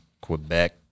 Quebec